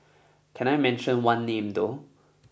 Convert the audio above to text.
can I mention one name though